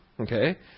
okay